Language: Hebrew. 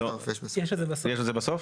יש את זה בסוף.